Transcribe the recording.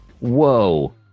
whoa